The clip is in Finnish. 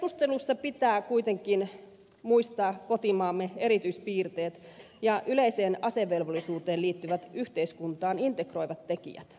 keskustelussa pitää kuitenkin muistaa kotimaamme erityispiirteet ja yleiseen asevelvollisuuteen liittyvät yhteiskuntaan integroivat tekijät